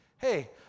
Hey